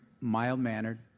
mild-mannered